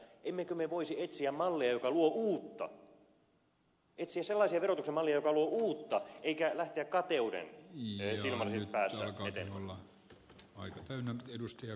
emmekö me voisi etsiä malleja jotka luovat uutta etsiä sellaisia verotuksen malleja jotka luovat uutta eikä lähteä kateuden joissa on se miten lama silmälasit päässä etenemään